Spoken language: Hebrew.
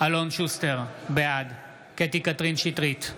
אלון שוסטר, בעד קטי קטרין שטרית,